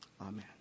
Amen